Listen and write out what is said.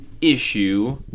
issue